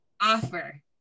offer